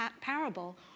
parable